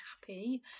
happy